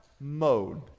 mode